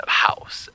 house